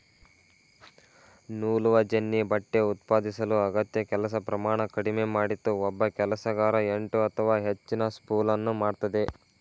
ನೂಲುವಜೆನ್ನಿ ಬಟ್ಟೆ ಉತ್ಪಾದಿಸಲು ಅಗತ್ಯ ಕೆಲಸ ಪ್ರಮಾಣ ಕಡಿಮೆ ಮಾಡಿತು ಒಬ್ಬ ಕೆಲಸಗಾರ ಎಂಟು ಅಥವಾ ಹೆಚ್ಚಿನ ಸ್ಪೂಲನ್ನು ಮಾಡ್ತದೆ